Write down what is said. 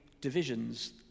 divisions